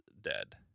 dead